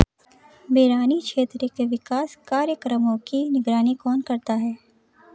बरानी क्षेत्र के विकास कार्यक्रमों की निगरानी कौन करता है?